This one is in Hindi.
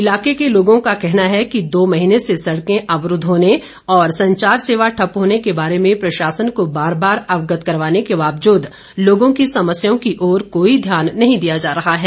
इलाके के लोगों का कहना है कि दो महीने से सड़कें अवरूद्ध होने और संचार सेवा ठप्प होने के बारे में प्रशासन को बार बार अवगत करवाने के बावजूद लोगों की समस्याओं की ओर कोई ध्यान नहीं दिया जा रहा है